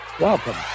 welcome